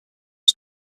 was